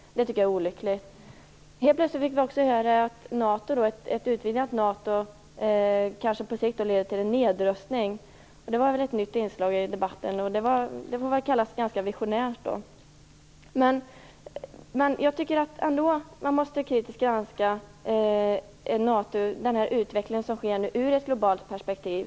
Det tycker jag vore olyckligt. Plötsligt fick vi också höra att ett utvidgat NATO kanske på sikt leder till nedrustning. Det var ett nytt inslag i debatten, och det får väl kallas ganska visionärt. Men jag tycker ändå att man kritiskt måste granska den utveckling av NATO som nu sker ur ett globalt perspektiv.